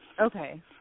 Okay